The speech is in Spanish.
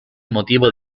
motivo